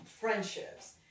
Friendships